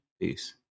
Peace